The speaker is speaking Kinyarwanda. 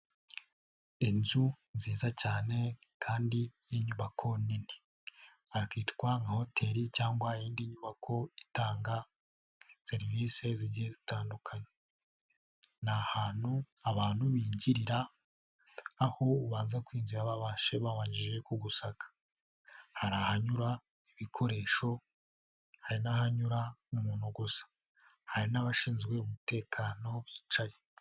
Inzu nziza cyane kandi n'inyubako nini yakitwa nka hoteli cyangwayin indi nyubako itanga serivisi zigiye zitandukanye. Ni ahantu abantu binjirira aho ubanza kwinjira babashe bababanjije kugusaka hari ahantu hanyura ibikoresho hari n'ahanyura umuntu gusa, hari n'abashinzwe umutekano bicaye.